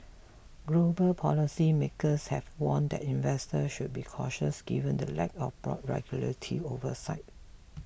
global policy makers have warned that investor should be cautious given the lack of broad regulatory oversight